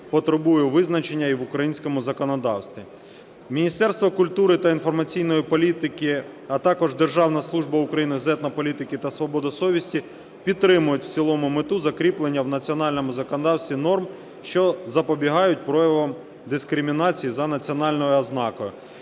потребує визначення і в українському законодавстві. Міністерство культури та інформаційної політики, а також Державна служба України з етнополітики та свободи совісті підтримують у цілому мету закріплення в національному законодавстві норм, що запобігають проявам дискримінації за національною ознакою.